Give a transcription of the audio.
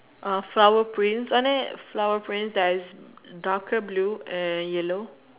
uh flower print and then flower print there is darker blue and yellow